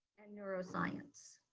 and neuroscience.